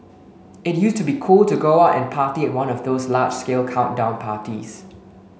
it used to be cool to go out and party at one of those large scale countdown parties